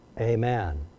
Amen